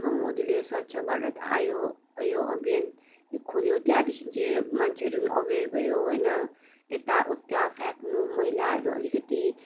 जब मोदीले स्वच्छ भारत आयो यो अभियान यो खोल्यो त्यहाँदेखि चाहिँ मान्छेहरू पनि अवेर भयो होइन यताउता फ्याँक्नु मैलाहरू अलिकति